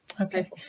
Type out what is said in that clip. okay